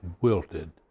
wilted